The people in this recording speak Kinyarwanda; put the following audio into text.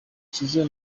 shizzo